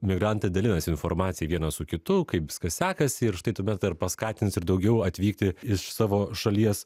migrantai dalinasi informacija vienas su kitu kaip viskas sekasi ir štai tuomet ir paskatins ir daugiau atvykti iš savo šalies